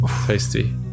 tasty